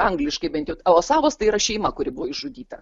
angliškai bent jau osavos tai yra šeima kuri buvo išžudyta